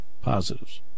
positives